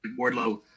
Wardlow